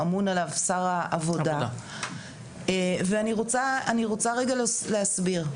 אמון עליו שר העבודה ואני רוצה רגע להסביר,